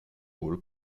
rôles